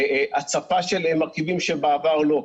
הצפה של מרכיבים שבעבר לא היו.